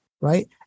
right